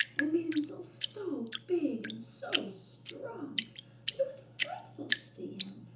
and made himself so big and so strong that it was frightful to see him,